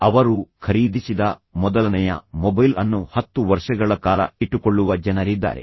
ಅವರು ಖರೀದಿಸಿದ ಮೊದಲನೆಯ ಮೊಬೈಲ್ ಅನ್ನು 10 ವರ್ಷಗಳ ಕಾಲ ಇಟ್ಟುಕೊಳ್ಳುವ ಜನರಿದ್ದಾರೆ